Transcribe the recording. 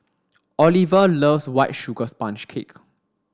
Oliva loves white sugar sponge cake